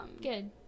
Good